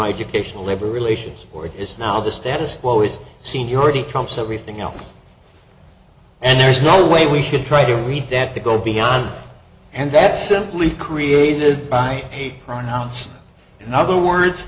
dictation labor relations board is now the status quo is seniority trumps everything else and there's no way we should try to read that they go beyond and that's simply created by a pronounced in other words